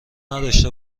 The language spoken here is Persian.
نداشته